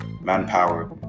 manpower